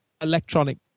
electronic